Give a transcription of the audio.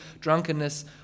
drunkenness